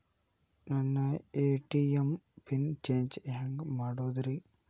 ನನ್ನ ATM pin change ಹೆಂಗ್ ಮಾಡೋದ್ರಿ?